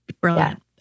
Brilliant